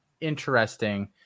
interesting